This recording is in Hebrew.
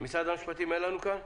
ממשרד המשפטים אין לנו כאן?